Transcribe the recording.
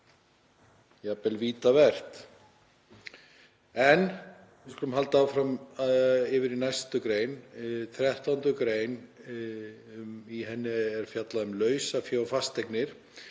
jafnvel vítavert. En við skulum halda áfram og fara yfir í næstu grein, 13. gr. Í henni er fjallað um lausafé og fasteignir.